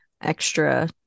extra